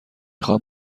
خواهم